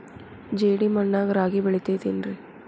ಜೇಡಿ ಮಣ್ಣಾಗ ರಾಗಿ ಬೆಳಿತೈತೇನ್ರಿ?